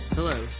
Hello